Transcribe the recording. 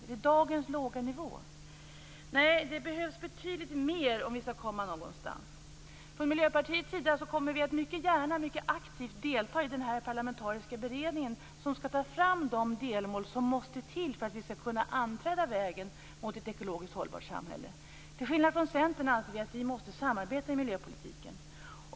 Är det dagens låga nivå? Nej, det behövs betydligt mer om vi skall komma någonstans. Från Miljöpartiets sida kommer vi mycket gärna och aktivt att delta i den parlamentariska beredningen, som skall ta fram de delmål som måste till för att vi skall kunna anträda vägen mot ett ekologiskt hållbart samhälle. Till skillnad från Centern anser vi att vi måste samarbeta i miljöpolitiken.